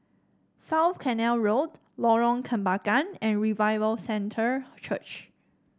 South Canal Road Lorong Kembangan and Revival Center Church